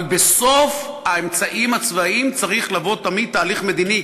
אבל בסוף האמצעים הצבאיים צריך לבוא תמיד תהליך מדיני.